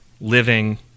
living